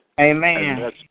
Amen